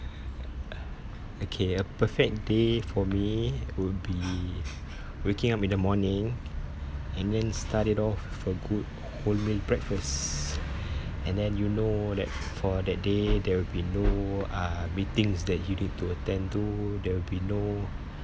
okay a perfect day for me would be waking up in the morning and then start it off with a good wholemeal breakfast and then you know that for that day there'll be no uh meetings that you need to attend to there'll be no